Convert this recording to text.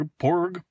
porg